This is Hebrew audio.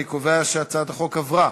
אני קובע שהצעת החוק עברה